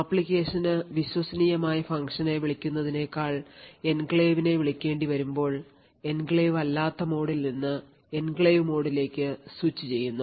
ആപ്ലിക്കേഷന് വിശ്വസനീയമായ ഫംഗ്ഷനെ വിളിക്കുന്നതിനേക്കാൾ എൻക്ലേവ് നെ വിളിക്കേണ്ടിവരുമ്പോൾ എൻക്ലേവ് അല്ലാത്ത മോഡിൽ നിന്ന് എൻക്ലേവ് മോഡിലേക്ക് സ്വിച്ചുചെയ്യുന്നു